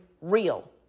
real